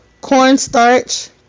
cornstarch